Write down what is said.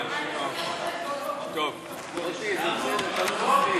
אנחנו רוצים להצביע.